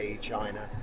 China